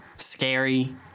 Scary